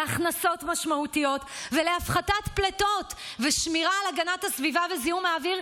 להכנסות משמעותיות ולהפחתת פליטות ושמירה על הגנת הסביבה וזיהום האוויר,